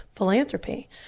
philanthropy